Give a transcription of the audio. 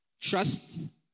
Trust